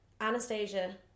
Anastasia